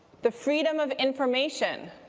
the freedom of information,